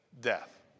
Death